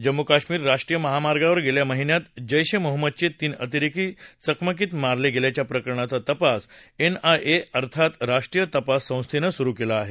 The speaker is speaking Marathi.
जम्मू श्रीनगर राष्ट्रीय महामार्गावर गेल्या महिन्यात जैश ए महम्मदचे तीन अतिरेकी चकमकीत मारले गेल्याच्या प्रकरणाचा तपास एनआयए अर्थात राष्ट्रीय तपाससंस्थेनं सुरु केला आहे